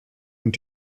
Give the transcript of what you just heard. und